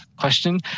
question